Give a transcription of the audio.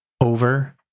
over